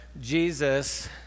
Jesus